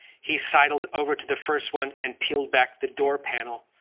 he sidled over to the first one and peeled back the door panel,